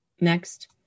Next